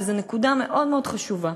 וזו נקודה מאוד מאוד חשובה.